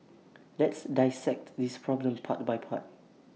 let's dissect this problem part by part